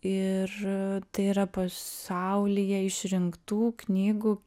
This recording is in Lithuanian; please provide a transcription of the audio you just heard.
ir tai yra pasaulyje išrinktų knygų